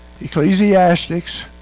Ecclesiastics